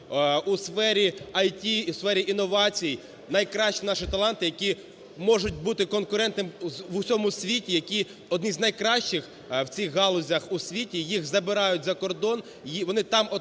у сфері інновацій найкращі наші таланти, які можуть бути конкурентами в усьому світі, які одні з найкращих в цих галузях у світі, їх забирають за кордон, вони там отримують